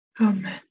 Amen